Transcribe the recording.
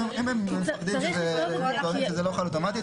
אם הם מפחדים או טוענים שזה לא חל אוטומטית.